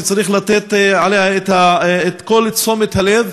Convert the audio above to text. שצריך לתת לה את כל תשומת הלב,